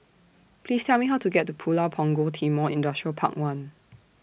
Please Tell Me How to get to Pulau Punggol Timor Industrial Park one